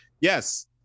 yes